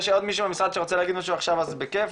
אם יש עוד מישהו ממשרד שרוצה להגיד משהו עכשיו אז בכיף,